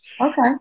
okay